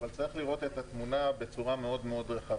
אבל צריך לראות את התמונה בצורה מאוד מאוד רחבה.